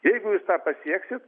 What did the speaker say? jeigu pasieksit